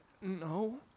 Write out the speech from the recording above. no